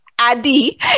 Adi